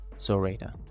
Zoraida